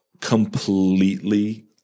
completely –